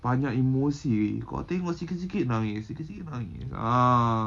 banyak emosi kau tengok sikit-sikit nangis sikit-sikit nangis ah